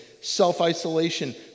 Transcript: self-isolation